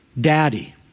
daddy